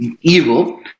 evil